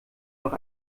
noch